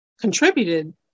contributed